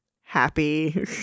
happy